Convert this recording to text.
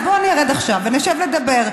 אז בוא אני ארד עכשיו ונשב לדבר.